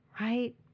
right